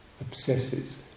obsesses